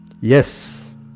Yes